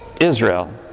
Israel